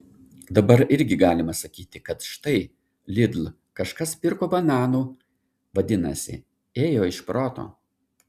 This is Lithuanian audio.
dabar irgi galima sakyti kad štai lidl kažkas pirko bananų vadinasi ėjo iš proto